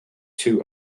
two